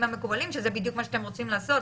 המקובלים שזה בדיוק מה שאתם רוצים לעשות.